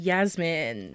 Yasmin